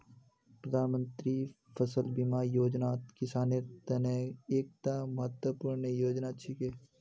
प्रधानमंत्री फसल बीमा योजनात किसानेर त न एकता महत्वपूर्ण योजना छिके